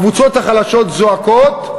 הקבוצות החלשות זועקות,